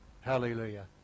hallelujah